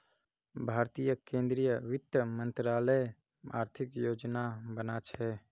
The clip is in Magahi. भारतीय केंद्रीय वित्त मंत्रालय आर्थिक योजना बना छे